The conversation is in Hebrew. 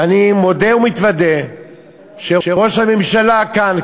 ואני מודה ומתוודה שראש הממשלה כאן,